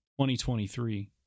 2023